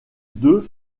deux